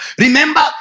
Remember